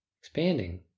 Expanding